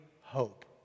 hope